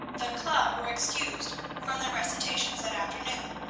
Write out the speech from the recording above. the club were excused from their recitations that afternoon,